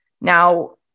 Now